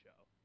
show